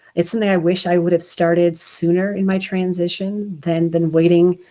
it's something i wish i would have started sooner in my transition than been waiting.